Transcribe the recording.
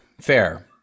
Fair